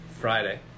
Friday